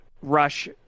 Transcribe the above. Rush